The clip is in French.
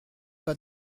pas